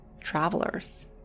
travelers